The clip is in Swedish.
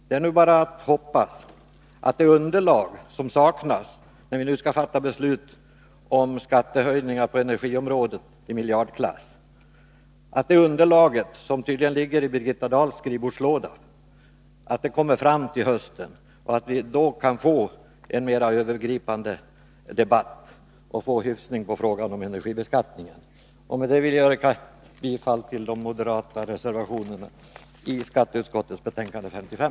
Det är nu bara att hoppas att det underlag som saknas när vi nu skall fatta beslut om skattehöjningar på energiområdet i miljardklass och som tydligen ligger i Birgitta Dahls skrivbordslåda kommer fram till hösten, så att vi då kan få en mer övergripande debatt och få hyfsning på frågan om energibeskattningen. Med det vill jag yrka bifall till de moderata reservationerna i skatteutskottets betänkande nr 55.